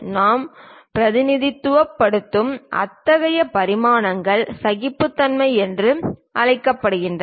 நாம் பிரதிநிதித்துவப்படுத்தும் இத்தகைய பரிமாணங்கள் சகிப்புத்தன்மை என்று அழைக்கப்படுகின்றன